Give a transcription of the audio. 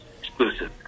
exclusive